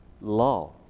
law